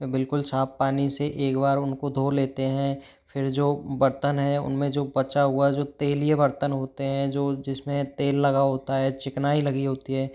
बिल्कुल साफ पानी से एक बार उनको धो लेते हैं फिर जो बर्तन है उनमें जो बचा हुआ जो तेलीय बर्तन होते हैं जो जिसमें तेल लगा होता है चिकनाई लगी होती है